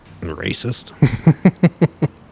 Racist